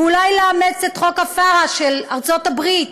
ואולי לאמץ את ה-FARA של ארצות הברית,